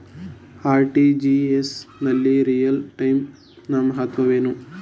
RTGS ನಲ್ಲಿ real time ನ ಮಹತ್ವವೇನು?